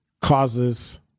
causes